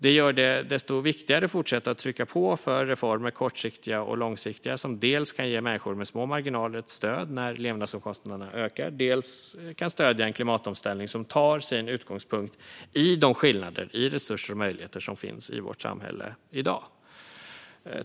Det gör det desto viktigare att fortsätta trycka på för reformer, både kortsiktiga och långsiktiga, som dels kan ge människor med små marginaler ett stöd när levnadsomkostnaderna ökar och dels kan stödja en klimatomställning som tar sin utgångspunkt i de skillnader i resurser och möjligheter som finns i vårt samhälle i dag.